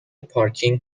پارکینگ